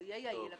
הוא יהיה יעיל,